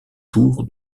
tour